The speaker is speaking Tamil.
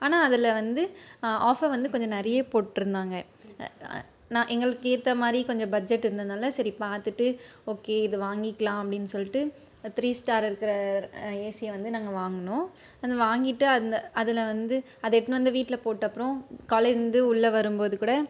ஆனால் அதில் வந்து ஆஃபர் வந்து கொஞ்சம் நிறைய போட்டிருந்தாங்க நான் எங்களுக்கு ஏற்ற மாதிரி கொஞ்சம் பட்ஜட் இருந்ததுனால் சரி பார்த்துட்டு ஓகே இது வாங்கிக்கலாம் அப்படின்னு சொல்லிட்டு த்ரீ ஸ்டார் இருக்கிற ஏசியை வந்து நாங்கள் வாங்கினோம் அது வாங்கிட்டு அதில் அதில் வந்து அதை எடுத்துன்னு வந்து வீட்டில் போட்ட அப்புறம் காலேஜிலேருந்து உள்ளே வரும்போது கூட